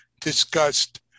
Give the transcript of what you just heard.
discussed